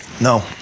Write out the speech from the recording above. No